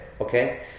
Okay